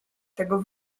tego